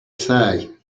say